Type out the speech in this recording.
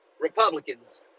Republicans